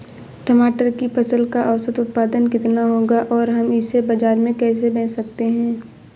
टमाटर की फसल का औसत उत्पादन कितना होगा और हम इसे बाजार में कैसे बेच सकते हैं?